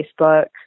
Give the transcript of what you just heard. Facebook